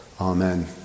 Amen